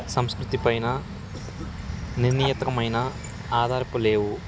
సంస్కృతి పైన నిర్ణయతమైన ఆధారపు లేవు